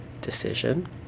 decision